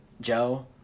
Joe